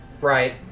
right